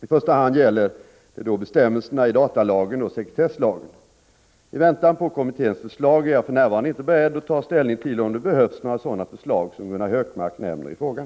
I första hand gäller det då bestämmelserna i datalagen och sekretesslagen . I väntan på kommitténs förslag är jag för närvarande inte beredd att ta ställning till om det behövs några sådana förslag som Gunnar Hökmark nämner i frågan.